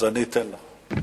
אני אתן לך.